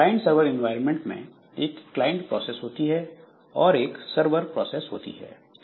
client server environment में एक client process होती है और एक सर्वर प्रोसेस होती है